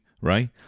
right